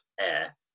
air